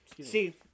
See